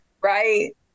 right